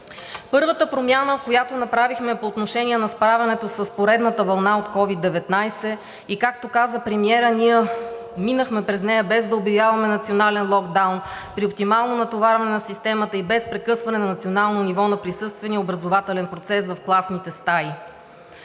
Първата промяна, която направихме, по отношение на справянето с поредната вълна от COVID-19 и както каза премиерът, ние минахме през нея, без да обявяваме национален локдаун, при оптимално натоварване на системата и без прекъсване на национално ниво на присъствения и образователен процес в класните стаи.